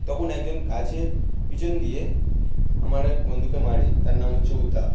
তখন একজন গাছের পিছন দিয়ে আমার এক বন্দুকে মারে তার নাম হচ্ছে উতা